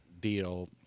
deal